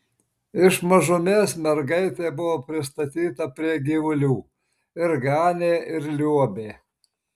iš mažumės mergaitė buvo pristatyta prie gyvulių ir ganė ir liuobė